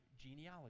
genealogy